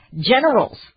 generals